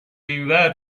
اینور